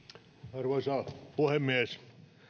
arvoisa puhemies